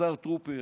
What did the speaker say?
השר טרופר,